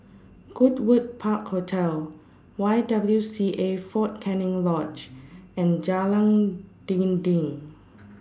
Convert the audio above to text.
Goodwood Park Hotel Y W C A Fort Canning Lodge and Jalan Dinding